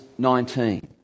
19